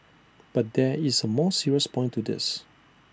but there is A more serious point to this